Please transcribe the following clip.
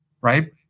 right